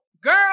Girl